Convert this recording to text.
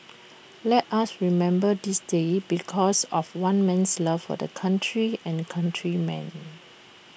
let us remember this day because of one man's love for the country and countrymen